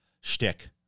shtick